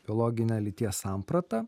biologinę lyties sampratą